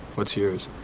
what's yours?